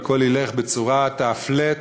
והכול ילך בצורת flat,